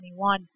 2021